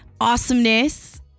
awesomeness